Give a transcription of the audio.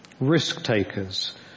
risk-takers